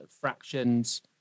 fractions